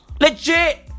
Legit